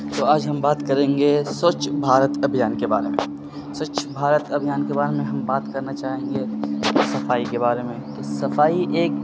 تو آج ہم بات کریں گے سوچھ بھارت ابھیان کے بارے میں سوچھ بھارت ابھیان کے بارے میں ہم بات کرنا چاہیں گے صفائی کے بارے میں تو صفائی ایک